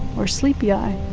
or sleepy eye,